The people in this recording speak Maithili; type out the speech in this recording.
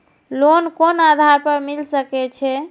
लोन कोन आधार पर मिल सके छे?